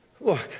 Look